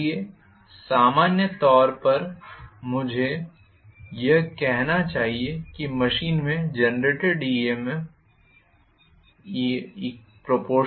इसलिए सामान्य तौर पर मुझे यह कहना चाहिए कि मशीन में जेनरेटेड EMF emf∝∅ω